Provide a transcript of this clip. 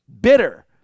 Bitter